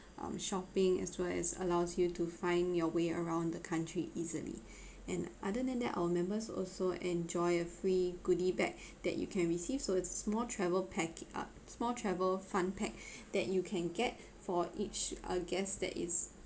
um shopping as well as allows you to find your way around the country easily and other than that our members also enjoy a free goodie bag that you can receive so it's small travel pack uh small travel fun pack that you can get for each uh guest that is